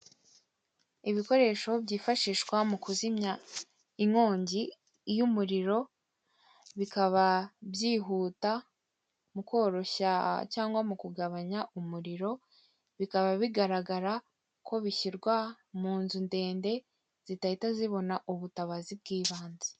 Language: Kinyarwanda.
Ibikoresho byifashishwa mu kuzimya inkongi y'umuriro bikaba byihuta mu koroshya cyangwa mu kugabanya umuriro bikaba bigaragara ko bishyirwa munzu ndende zidahita zibona ubutabazi bw'ibanze.